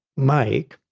mike,